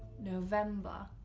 november.